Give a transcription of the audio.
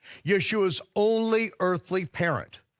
yeshua's only earthly parent.